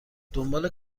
دنبال